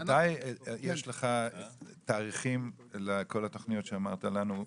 מתי יש לך תאריכים לכל התוכניות שאמרת לנו,